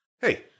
Hey